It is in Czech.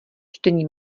čtení